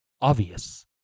Obvious